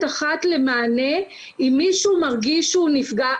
אחת למענה אם מישהו מרגיש שהוא נפגע.